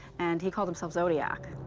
and he called himself zodiac.